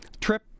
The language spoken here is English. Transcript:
trip